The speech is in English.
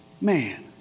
Man